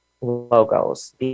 logos